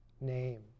name